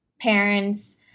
parents